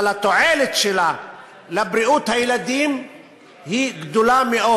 אבל התועלת שלה לבריאות הילדים היא גדולה מאוד.